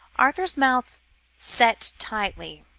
arthur's mouth set tightly,